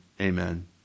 Amen